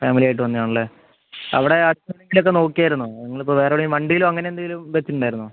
ഫാമിലിയായിട്ട് വന്നേതാണല്ലേ അവിടെ അടുത്തെവിടെയെങ്കിലും ഒക്കെ നോക്കിയായിരുന്നോ നിങ്ങളപ്പോൾ വേറെയെവിടെങ്കിലും വണ്ടിയിലും അങ്ങനെന്തേലും വെച്ചിട്ടുണ്ടായിരുന്നോ